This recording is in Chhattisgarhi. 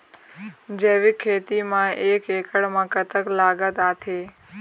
जैविक खेती म एक एकड़ म कतक लागत आथे?